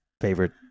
favorite